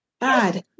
God